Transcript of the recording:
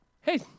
Hey